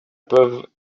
peuvent